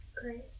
Grace